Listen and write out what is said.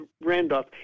Randolph